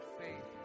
faith